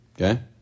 Okay